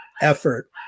effort